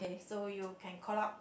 so you can call up